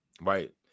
Right